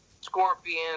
Scorpion